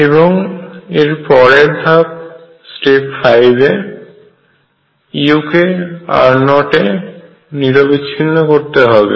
এবং এর পরের ধাপ 5 এ u কে r0 তে নিরবিচ্ছিন্ন করতে হবে